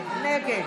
נגד